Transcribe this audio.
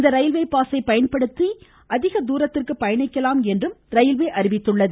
இந்த ரயில்வே பாஸை பயன்படுத்தி வேண்டும் தூரத்திற்கு பயணிக்கலாம் என்றும் ரயில்வே அறிவித்துள்ளது